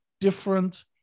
different